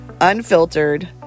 unfiltered